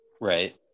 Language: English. right